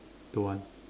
don't want